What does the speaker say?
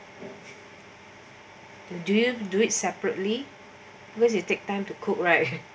do you do it separately because you take time to cook right